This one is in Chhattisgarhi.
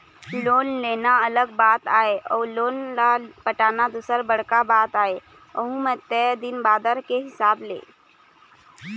लोन लेना अलग बात आय अउ लोन ल पटाना दूसर बड़का बात आय अहूँ म तय दिन बादर के हिसाब ले